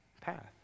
path